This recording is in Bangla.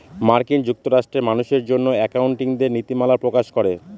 মার্কিন যুক্তরাষ্ট্রে মানুষের জন্য একাউন্টিঙের নীতিমালা প্রকাশ করে